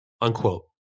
unquote